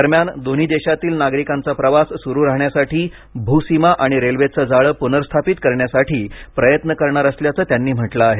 दरम्यान दोन्ही देशातील नागरिकांचा प्रवास सुरू राहण्यासाठी भू सीमा आणि रेल्वेच जाळं पुनर्स्थापित करण्यासाठी प्रयत्न करणार असल्याचं त्यांनी म्हटलं आहे